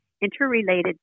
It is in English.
interrelated